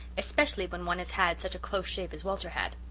especially when one has had such a close shave as walter had.